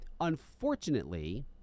unfortunately